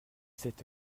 sept